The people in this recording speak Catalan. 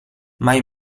mai